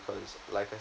because like